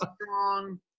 strong